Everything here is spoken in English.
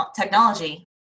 technology